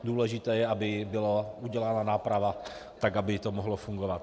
Důležité je, aby byla udělána náprava, aby to mohlo fungovat.